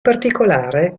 particolare